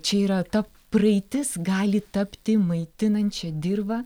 čia yra ta praeitis gali tapti maitinančia dirva